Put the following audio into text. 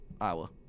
Iowa